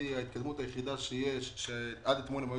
ההתקדמות היחידה שיש זה שעד אתמול הם היו